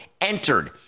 entered